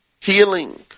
Healing